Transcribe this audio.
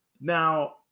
Now